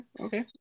Okay